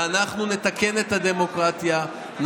ואנחנו נתקן את הדמוקרטיה.